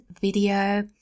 video